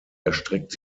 erstreckt